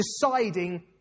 deciding